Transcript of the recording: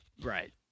right